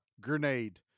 grenade